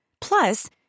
Plus